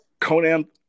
Conan